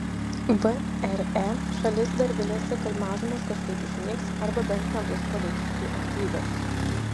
vre šalis dar viliasi kad mažumos kažkaip išnyks arba bent nebus politiškai aktyvios